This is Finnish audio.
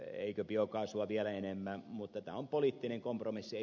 eikö biokaasua vielä enemmän mutta tämä on poliittinen kompromissi